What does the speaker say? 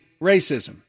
racism